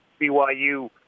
BYU